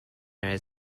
united